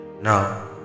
Now